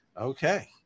Okay